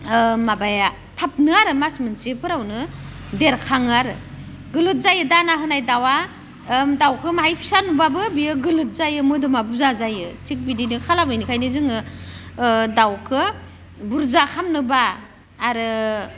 माबाया थाबनो आरो मास मोनसेफोरावनो देरखाङो आरो गिलिर जायो दाना होनाय दाउवा दाउखौ बाहाय फिसा नुबाबो बियो गिलिर जायो मोदोमा बुरजा जायोष थिग बिदिनो खालामो ओंखायनो जोङो दाउखौ बुरजा खालामनोबा आरो